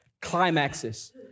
climaxes